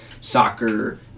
soccer